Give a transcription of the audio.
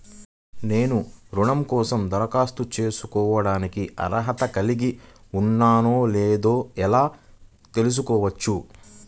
నేను రుణం కోసం దరఖాస్తు చేసుకోవడానికి అర్హత కలిగి ఉన్నానో లేదో ఎలా తెలుసుకోవచ్చు?